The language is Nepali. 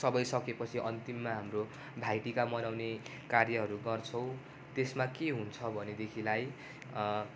सबै सकेपछि अन्तिममा हाम्रो भाइटिका मनाउने कार्यहरू गर्छौँ त्यस्मा के हुन्छ भनेदेखिलाई